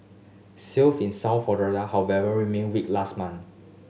in South Florida however remained weak last month